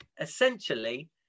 essentially